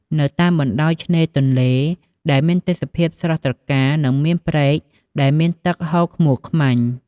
នៅតាមបណ្តោយឆ្នេរទន្លេដែលមានទេសភាពស្រស់ត្រកាល និងព្រែកដែលមានទឹកហូរខ្មួលខ្មាញ់ ។